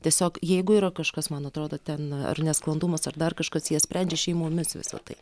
tiesiog jeigu yra kažkas man atrodo ten ar nesklandumas ar dar kažkas jie sprendžia šeimomis visa tai